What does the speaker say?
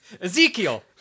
Ezekiel